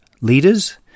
leaders